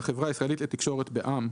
החברה הישראלית לתקשורת בע"מ),